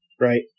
right